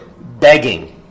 begging